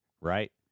right